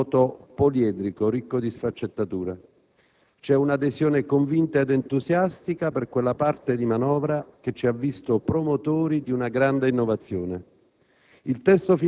sarà oggi un voto poliedrico, ricco di sfaccettature. Vi è, infatti, un'adesione convinta ed entusiastica per quella parte di manovra che ci ha visto promotori di una grande innovazione: